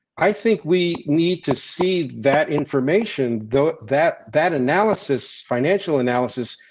i think we need to see that information, though, that that analysis financial analysis.